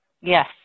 Yes